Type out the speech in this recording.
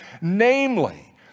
namely